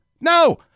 No